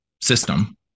system